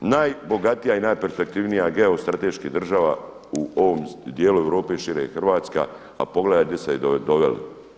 Najbogatija i najperspektivnija geo strateški država u ovom dijelu Europe i šire je Hrvatska, a pogledaj gdje ste je doveli.